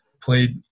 played